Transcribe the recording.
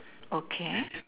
okay